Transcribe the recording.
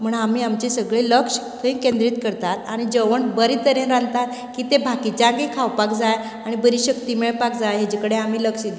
म्हण आमी आमचे सगळें लक्ष थंय केंद्रित करतात आनी जेवण बरे तरेन रांदतात कि तें बाकिच्यांकय खावपाक जाय आनी बरी शक्ती मेळपाक जाय हेजे कडेन आमी लक्ष दितात